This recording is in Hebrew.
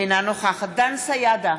אינה נוכחת דן סידה,